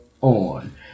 on